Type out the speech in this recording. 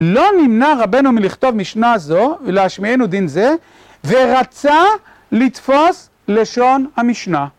לא נמנע רבנו מלכתוב משנה זו ולהשמיענו דין זה ורצה לתפוס לשון המשנה.